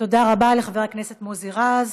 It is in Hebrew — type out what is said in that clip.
תודה רבה לחבר הכנסת מוסי רז.